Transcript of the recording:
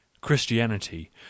Christianity